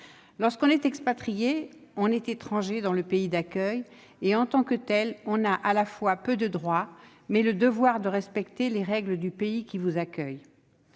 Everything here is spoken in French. Lorsque l'on est expatrié, on est étranger dans le pays d'accueil, et, en tant que tel, on a, à la fois, peu de droits et le devoir de respecter les règles du pays d'accueil.